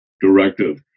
directive